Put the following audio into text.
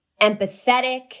empathetic